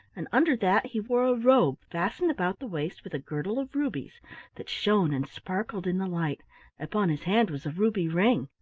and under that he wore a robe fastened about the waist with a girdle of rubies that shone and sparkled in the light upon his hand was a ruby ring.